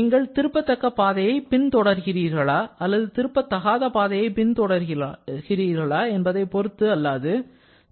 நீங்கள் திருப்பத்தக்க பாதையை பின்தொடர்கிறீர்களா அல்லது திருப்ப தகாத பாதையை பின்தொடர்கிறீர்களா என்பதை பொறுத்து அல்லாது